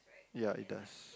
ya it does